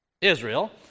Israel